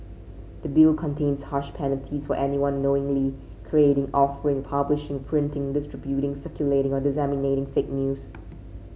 the Bill contains harsh penalties for anyone knowingly creating offering publishing printing distributing circulating or disseminating fake news